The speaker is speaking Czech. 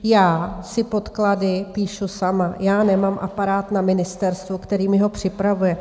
Já si podklady píšu sama, nemám aparát na ministerstvu, který mi je připravuje.